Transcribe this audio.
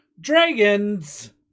Dragons